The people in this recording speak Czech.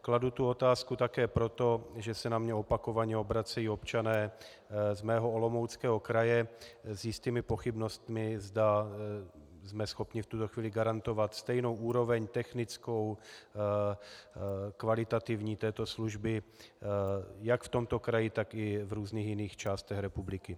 Kladu tu otázku také proto, že se na mě opakovaně obracejí občané z mého Olomouckého kraje s jistými pochybnostmi, zda jsme schopni v tuto chvíli garantovat stejnou úroveň technickou, kvalitativní této služby jak v tomto kraji, tak i v různých jiných částech republiky.